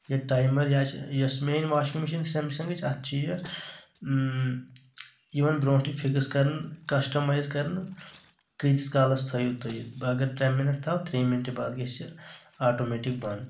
یہِ ٹایمر یوٚس میٛانۍ واشِنگ مِشیٖن چھ سیم سنگٕچ اَتھ چھ یہِ یِوان بروٗنٛٹھٕے فِکٕس کرنہٕ کسٹمایِز کرنہٕ کۭتِس کالس تھأیوٗ تُہۍ یہِ بہٕ اگر ترٛے مِنٹ تھاوو ترٛیٚیہِ مِنٹہِ باد گژھہِ یہِ آٹومیٹِک بنٛد